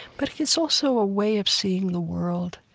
but it's also a way of seeing the world.